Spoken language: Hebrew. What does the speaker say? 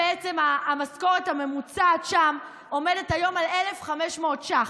המשכורת הממוצעת שם עומדת היום על 1,500 ש"ח,